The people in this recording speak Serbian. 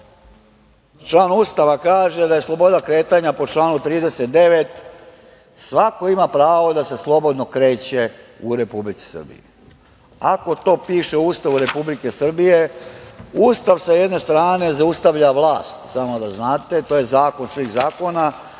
član Ustava kaže da je sloboda kretanja po članu 39. - svako ima pravo da se slobodno kreće u Republici Srbiji. Ako to piše u Ustavu Republike Srbije, Ustav sa jedne strane zaustavlja vlast, samo da znate, to je zakon svih zakona,